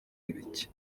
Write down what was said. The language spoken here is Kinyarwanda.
ibiki